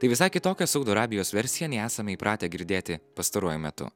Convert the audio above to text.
tai visai kitokia saudo arabijos versija nei esame įpratę girdėti pastaruoju metu